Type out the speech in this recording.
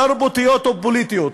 תרבותיות ופוליטיות.